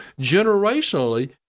generationally